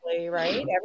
Right